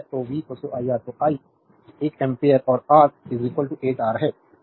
तो v iR तो I एक एम्पीयर और आर 8 R है